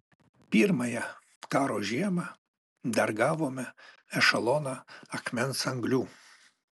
pirmąją karo žiemą dar gavome ešeloną akmens anglių